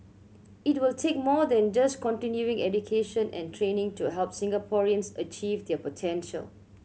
it will take more than just continuing education and training to help Singaporeans achieve their potential